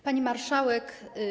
Pani Marszałek!